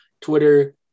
twitter